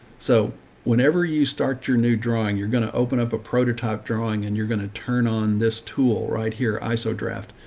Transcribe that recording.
so whenever you start your new drawing, you're going to open up a prototype drawing, and you're going to turn on this tool right here, iso draft.